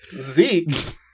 Zeke